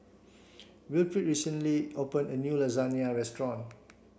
Wilfrid recently open a new Lasagne restaurant